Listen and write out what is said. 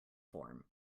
form